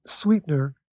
sweetener